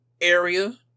area